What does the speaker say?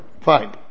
Fine